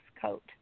coat